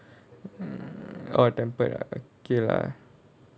oh tempered ah okay lah